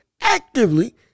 actively